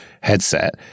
headset